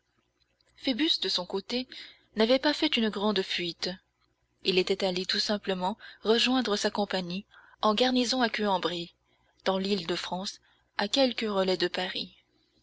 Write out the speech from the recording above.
phoebus de son côté n'avait pas fait une grande fuite il était allé tout simplement rejoindre sa compagnie en garnison à queue en brie dans lile de france à quelques relais de paris